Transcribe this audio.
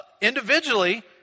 individually